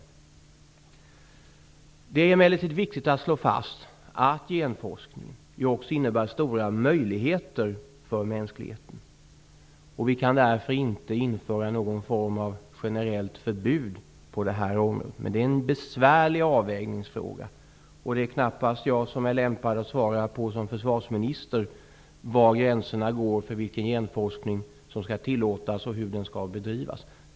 Det är emellertid viktigt att slå fast att genforskningen också innebär stora möjligheter för mänskligheten. Vi kan därför inte införa någon form av generellt förbud på det här området. Detta är en besvärlig avvägningsfråga. Jag som försvarsminister är knappast lämpad att svara på frågan om var gränserna går för vilken genforskning som skall tillåtas och hur den skall bedrivas.